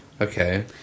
Okay